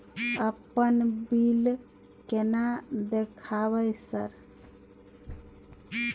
अपन बिल केना देखबय सर?